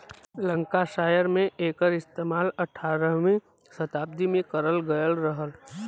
Lancashire में एकर इस्तेमाल अठारहवीं सताब्दी में करल गयल रहल